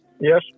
Yes